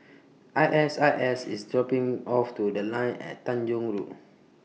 I S I S IS dropping Me off to The Line At Tanjong Rhu